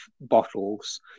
bottles